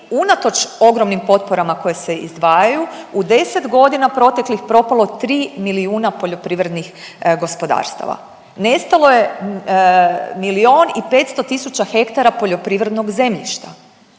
unatoč ogromnim potporama koje se izdvajaju u 10.g. proteklih propalo 3 milijuna poljoprivrednih gospodarstava, nestalo je milijun i 500 tisuća hektara poljoprivrednog zemljišta,